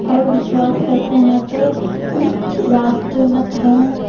اور وشواس کرتے ہیں تو واستو مت ہوں